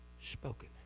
spoken